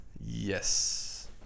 yes